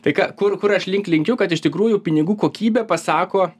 tai ką kur kur aš link lenkiu kad iš tikrųjų pinigų kokybė pasako